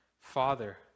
father